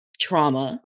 trauma